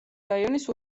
რაიონის